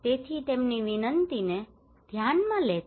તેથી તેમની વિનંતીને ધ્યાનમાં લેતા